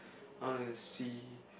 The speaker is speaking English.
I wanna see